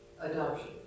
adoption